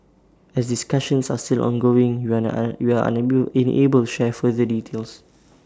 as discussions are still ongoing we are we are unable enable share further details